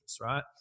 right